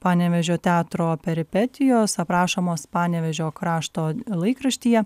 panevėžio teatro peripetijos aprašomos panevėžio krašto laikraštyje